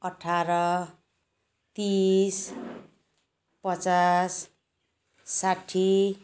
अठार तिस पचास साठी